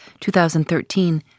2013